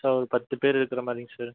sir ஒரு பத்து பேர் இருக்குறமாதிரிங்க சார்